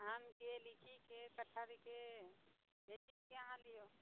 आमके लीचीके कटहरके जाहि चीजके अहाँ लिअ